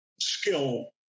skill